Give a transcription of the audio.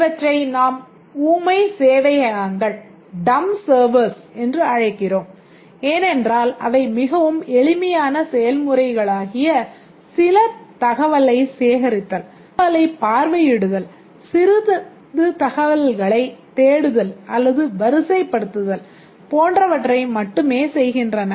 இவற்றை நாம் ஊமை சேவையகங்கள் என்று அழைக்கின்றோம் ஏனென்றால் அவை மிகவும் எளிமையான செயல்முறைகளாகிய சில தகவலை சேகரித்தல் தகவலைப் பார்வையிடுதல் சிறிது தகவல்களைத் தேடுதல் அல்லது வரிசைப்படுத்துதல் போன்றவற்றை மட்டுமே செய்கின்றன